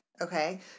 okay